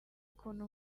ukuntu